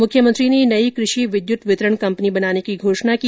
मुख्यमंत्री ने नई कृषि विद्युत वितरण कंपनी बनाने की घोषणा की